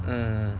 um